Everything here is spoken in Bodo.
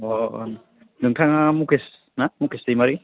अ ओं नोंथाङा मुकेस ना मुकेस दैमारि